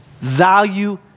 Value